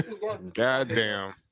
Goddamn